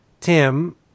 Tim